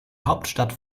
hauptstadt